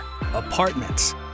apartments